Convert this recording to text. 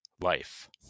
life